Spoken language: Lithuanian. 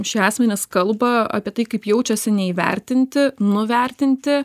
šie asmenys kalba apie tai kaip jaučiasi neįvertinti nuvertinti